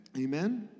Amen